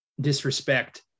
disrespect